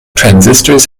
transistors